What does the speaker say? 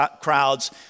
crowds